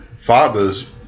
fathers